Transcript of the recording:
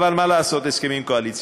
אבל מה לעשות, הסכמים קואליציוניים.